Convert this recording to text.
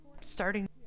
starting